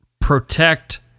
protect